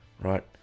right